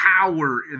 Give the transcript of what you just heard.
power